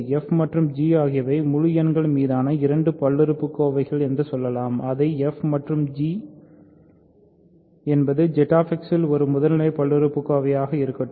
f மற்றும் g ஆகியவை முழு எண்கள் மீதான இரண்டு பல்லுறுப்புக்கோவைகள் என்று சொல்லலாம் அந்த f மற்றும் g என்பது ZX யில் ஒரு முதல்நிலை பல்லுறுப்புக்கோவை ஆக இருக்கட்டும்